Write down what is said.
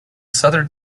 southern